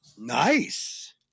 Nice